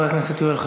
משפט סיכום.